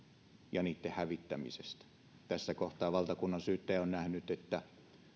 ja niiden hävittämiseen liittyvissä kysymyksissä tässä kohtaa valtakunnansyyttäjä on nähnyt että